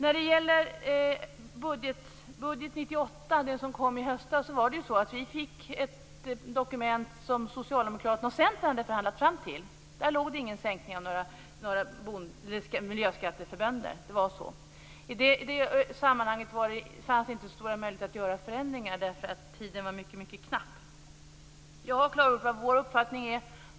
När det gäller budget 98, som kom i höstas, fick vi ett dokument som Socialdemokraterna och Centern hade förhandlat fram. I det ingick inte några sänkningar av miljöskatter för bönder. Det fanns inte så stora möjligheter att göra några förändringar i det sammanhanget, eftersom tiden var mycket knapp. Jag har klargjort vår uppfattning.